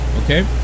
okay